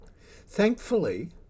Thankfully